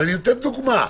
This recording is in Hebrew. אתן דוגמה.